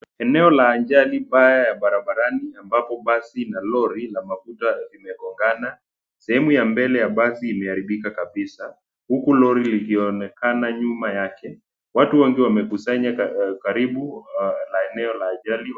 Eneo la ajali mbaya barabarani ambapo basi na lori la mafuta zimegongana. Sehemu ya mbele ya basi iliharibika kabisa huku lori likionekana nyuma yake watu wengi wamekusanyika karibu na eneo la ajali.